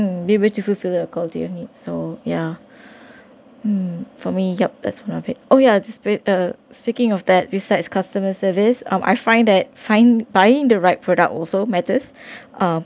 be able to fulfil the to your need so yeah uh for me yup that's one of it oh yeah speaking of that besides customer service um I find that find buying the right product also matters uh